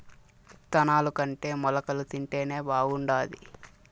ఇత్తనాలుకంటే మొలకలు తింటేనే బాగుండాది